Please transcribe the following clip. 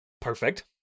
Perfect